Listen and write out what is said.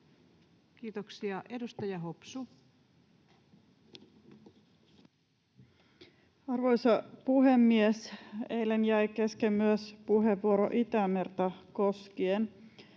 Time: 19:37 Content: Arvoisa puhemies! Eilen jäi kesken myös puheenvuoro Itämerta koskien.